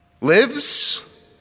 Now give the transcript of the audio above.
lives